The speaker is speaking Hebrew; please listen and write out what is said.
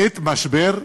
בעת משבר,